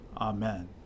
Amen